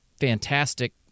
fantastic